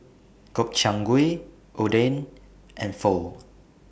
Gobchang Gui Oden and Pho